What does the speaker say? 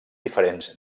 diferents